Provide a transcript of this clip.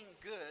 good